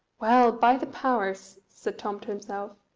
well, by the powers, said tom to himself,